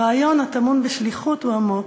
הרעיון הטמון בשליחות הוא עמוק,